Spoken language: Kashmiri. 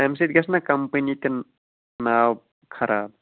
اَمہِ سۭتۍ گژھِ نا کَمپٔنی تہِ ناو خراب